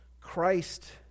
Christ